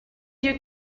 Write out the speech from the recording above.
you